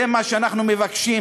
זה מה שאנחנו מבקשים.